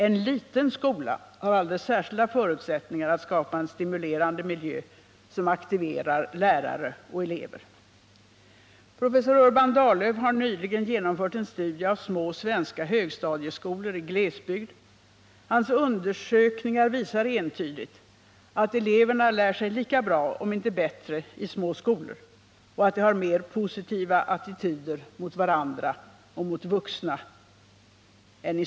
En liten skola har alldeles speciella förutsättningar att skapa en stimulerande miljö, som aktiverar lärare Professor Urban Dahllöf har nyligen genomfört en studie av små svenska högstadieskolor i glesbygd, och hans undersökningar visar entydigt att eleverna lär sig lika bra, om inte bättre, i små skolor och att de har mer positiva attityder mot varandra och mot vuxna.